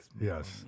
Yes